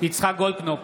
יצחק גולדקנופ,